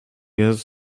jest